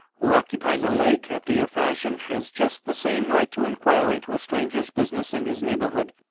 who occupies a lake, after your fashion, has just the same right to inquire into a stranger's business in his neighborhood,